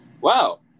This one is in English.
Wow